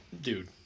Dude